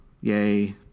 Yay